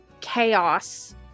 chaos